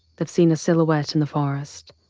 they've seen a silhouette in the forest.